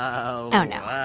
oh, no